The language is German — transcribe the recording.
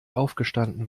aufgestanden